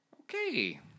Okay